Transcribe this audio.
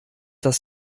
das